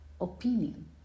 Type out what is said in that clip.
opinion